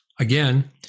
Again